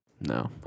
No